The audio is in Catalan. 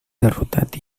derrotat